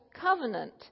covenant